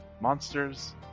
monsters